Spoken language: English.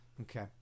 Okay